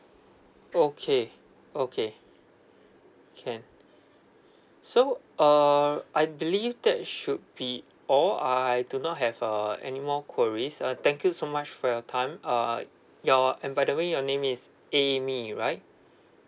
okay okay can so err I believe that should be all I do not have uh anymore queries uh thank you so much for your time uh your and by the way your name is amy right